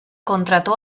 contrató